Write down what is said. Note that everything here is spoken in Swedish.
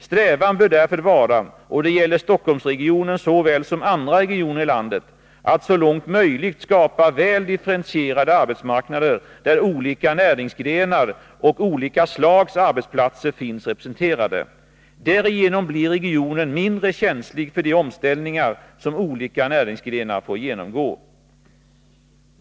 Strävan bör därför vara — och det gäller såväl Stockholmsregionen som andra regioner i landet — att så långt möjligt skapa väl differentierade arbetsmarknader där olika näringsgrenar och olika slags arbetsplatser finns representerade. Därigenom blir regionen mindre känslig för de omställningar som olika näringsgrenar får genomgå.